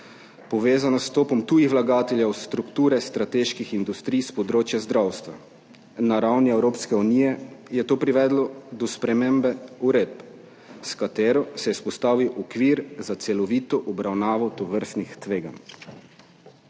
povezana z vstopom tujih vlagateljev, strukture strateških industrij s področja zdravstva. Na ravni Evropske unije je to privedlo do spremembe uredb, s katero se je vzpostavil okvir za celovito obravnavo tovrstnih tveganj.